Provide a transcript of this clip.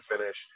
finish